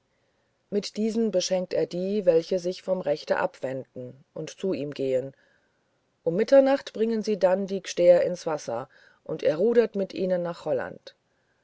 mit diesen beschenkt er die welche sich vom rechten abwenden und zu ihm gehen um mitternacht bringen sie dann die g'stair ins wasser und er rudert mit ihnen nach holland